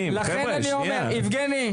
וממה שאני שומעת